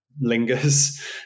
lingers